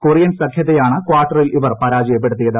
Korean സഖ്യത്തെയാണ് കാർട്ടറിൽ ഇവർ പരാജയപ്പെടുത്തിയത്